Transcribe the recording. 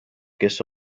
kes